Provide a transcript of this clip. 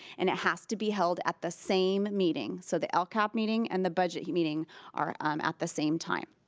and it has to be held at the same meeting, so the lcap meeting and the budget meeting are um at the same time.